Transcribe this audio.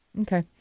Okay